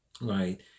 right